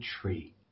tree